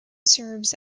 serves